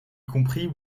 compris